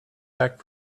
back